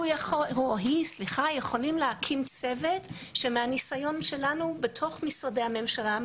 הוא או היא יכולים להקים צוות שמהניסיון שלנו בתוך משרדי הממשלה,